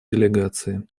делегации